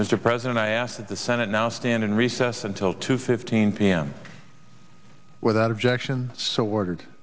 mr president i ask that the senate now stand in recess until two fifteen p m without objection so ordered